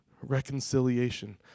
reconciliation